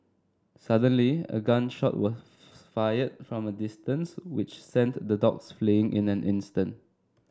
suddenly a gun shot was fired from a distance which sent the dogs fleeing in an instant